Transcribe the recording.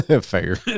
Fair